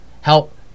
help